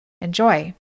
Enjoy